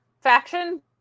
faction